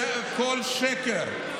זה הכול שקר.